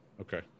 Okay